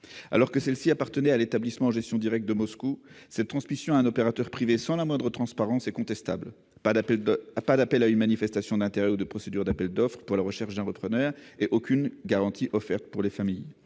Alors que cette école appartenait à l'établissement en gestion directe de Moscou, la transmission à un opérateur privé, menée sans la moindre transparence, est contestable : l'on n'a lancé ni appel à manifestation d'intérêt ni procédure d'appel d'offres pour la recherche d'un repreneur, et aucune garantie n'a été offerte aux familles.